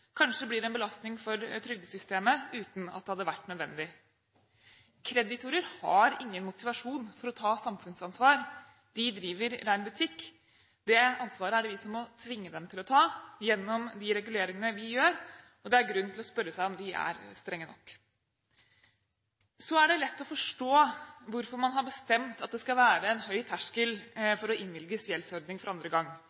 Kanskje blir det en belastning for trygdesystemet uten at det hadde vært nødvendig? Kreditorer har ingen motivasjon for å ta samfunnsansvar. De driver ren butikk. Det ansvaret er det vi som må tvinge dem til å ta gjennom de reguleringene vi gjør, og det er grunn til å spørre seg om de er strenge nok. Så er det lett å forstå hvorfor man har bestemt at det skal være en høy terskel